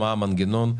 מה המנגנון?